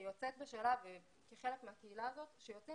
כיוצאת בשאלה וכחלק מהקהילה הזו שיוצאים